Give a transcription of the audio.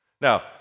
Now